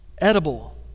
edible